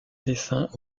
dessin